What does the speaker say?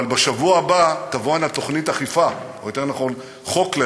אבל בשבוע הבא תגיע הנה תוכנית אכיפה,